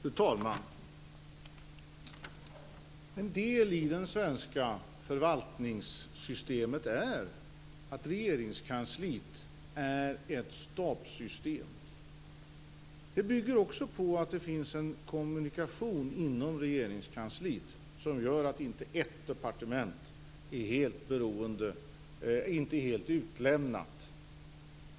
Fru talman! En del i det svenska förvaltningssystemet är att Regeringskansliet är ett stabssystem. Det bygger också på att det finns en kommunikation inom Regeringskansliet som gör att ett departement inte är helt utelämnat.